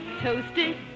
toasted